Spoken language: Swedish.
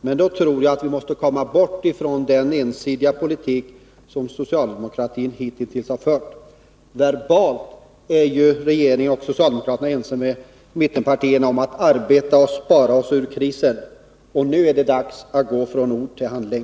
Men då tror jag att vi måste komma bort från den ensidiga politik som socialdemokratin hittills fört. Verbalt är regeringen och socialdemokraterna ense med mittenpartierna om att arbeta och spara oss ur krisen. Nu är det dags att gå från ord till handling!